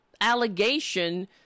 allegation